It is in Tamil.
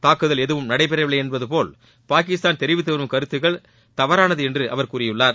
தூக்குதல் எதுவும் நடைபெறவில்லை என்பதபோல் பாகிஸ்தான் தெரிவித்து வரும் கருத்துக்கள் தவறானது என்றும் அவர் கூறியுள்ளார்